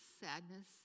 sadness